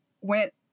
went